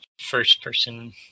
first-person